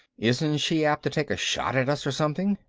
isn't she apt to take a shot at us or something?